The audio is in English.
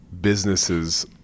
businesses